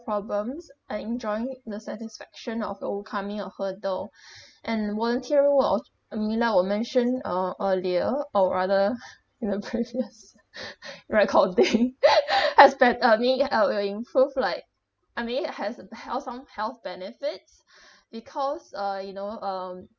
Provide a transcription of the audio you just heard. problems uh enjoying the satisfaction of overcoming a hurdle and volunteer work will al~ I mean like were mention uh earlier or rather you know previous recording has been I mean uh it will improve like I mean it has a health some health benefits because uh you know um